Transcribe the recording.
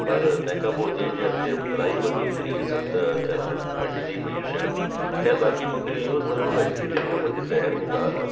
पर तंहिंखां पो जीअं जीअं पढ़ाई अॻिते वधी त इहे सभु त कहिर हट मिटजी वियूं शयूं ख़ैर बाक़ी मूंखे इहो ज़रूर आहे हिकिड़ी जेका मुंहिंजे ज़हन में ॻाल्हि आहे